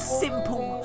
simple